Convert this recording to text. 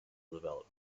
development